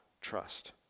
trust